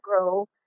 grow